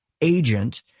agent